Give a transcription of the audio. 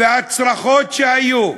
והצרחות שהיו,